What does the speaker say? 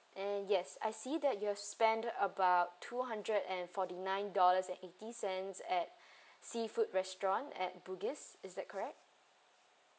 and yes I see that you've spent about two hundred and forty nine dollars and eighty cents at seafood restaurant at bugis is that correct